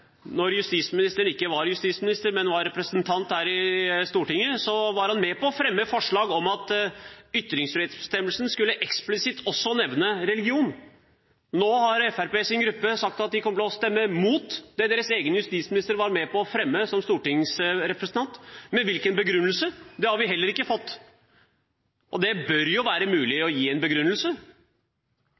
når man skal ha en så viktig bestemmelse og man ikke vil stemme for det, bør man iallfall kunne gi en god forklaring på det. Det andre, som jeg heller ikke har fått svar på, er at da justisministeren ikke var justisminister, men var representant her i Stortinget, var han med på å fremme forslag om at ytringsfrihetsbestemmelsen eksplisitt også skulle nevne religion. Nå har Fremskrittspartiets gruppe sagt at de kommer til å stemme imot det deres egen justisminister var